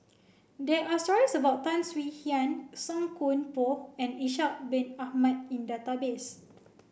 there are stories about Tan Swie Hian Song Koon Poh and Ishak Bin Ahmad in database